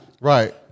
Right